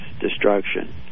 destruction